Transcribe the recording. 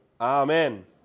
Amen